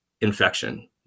infection